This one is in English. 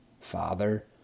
father